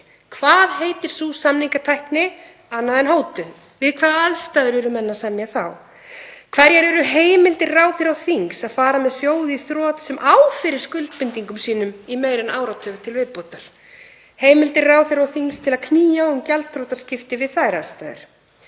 Hvað heitir sú samningatækni annað en hótun? Við hvaða aðstæður eru menn að semja þá? Hverjar eru heimildir ráðherra og þings til að fara með sjóð í þrot sem á fyrir skuldbindingum sínum í meira en áratug til viðbótar, heimildir ráðherra og þings til að knýja á um gjaldþrotaskipti við þær aðstæður?